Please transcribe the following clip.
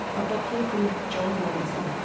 a butler called john robinson.